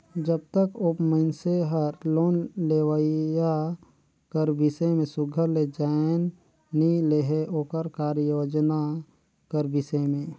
जब तक ओ मइनसे हर लोन लेहोइया कर बिसे में सुग्घर ले जाएन नी लेहे ओकर कारयोजना कर बिसे में